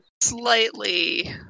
Slightly